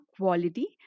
quality